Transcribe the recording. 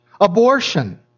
Abortion